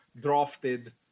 drafted